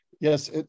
Yes